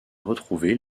retrouver